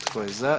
Tko je za?